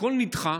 הכול נדחה